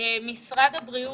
משרד הבריאות.